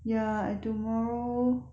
ya tomorrow